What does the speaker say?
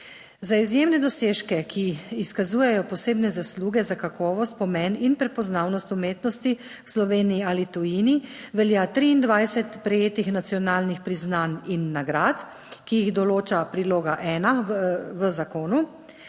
Za izjemne dosežke, ki izkazujejo posebne zasluge za kakovost, pomen in prepoznavnost umetnosti v Sloveniji ali tujini, velja 23 prejetih nacionalnih priznanj in nagrad, ki jih določa priloga 1 v zakonu